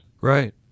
Right